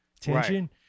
tension